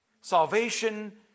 Salvation